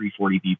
340B